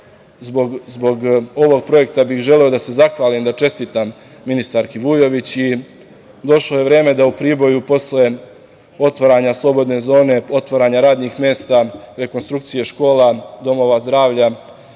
zbog ovog projekta, bih zaista želeo da se zahvalim i čestitam ministarki Vujović i došlo je vreme da u Priboju posle otvaranja slobodne zone, otvaranja radnih mesta, rekonstrukcije škola, domova zdravlja,